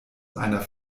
einer